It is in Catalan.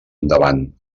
endavant